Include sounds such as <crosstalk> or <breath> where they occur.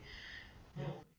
<breath>